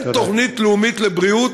אין תוכנית לאומית לבריאות,